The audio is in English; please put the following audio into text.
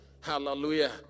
Hallelujah